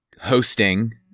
hosting